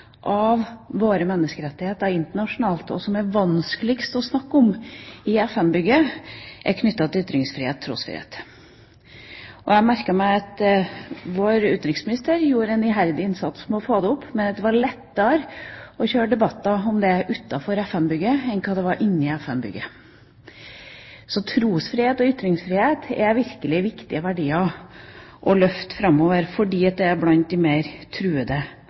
menneskerettigheter internasjonalt og de som det er vanskeligst å snakke om i FN-bygget, er ytringsfrihet og trosfrihet. Jeg merket meg at vår utenriksminister gjorde en iherdig innsats med å ta det opp, men at det var lettere å føre debatter om det utenfor FN-bygget enn det var inne i FN-bygget. Så trosfrihet og ytringsfrihet er virkelig viktige verdier å løfte framover, fordi de er blant de mer truede